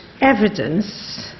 evidence